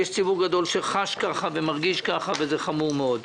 יש ציבור גדול שחש כך ומרגיש כך וזה חמור מאוד.